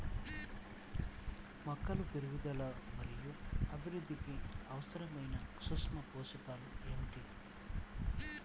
మొక్కల పెరుగుదల మరియు అభివృద్ధికి అవసరమైన సూక్ష్మ పోషకం ఏమిటి?